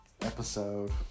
episode